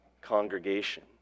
congregation